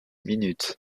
minutes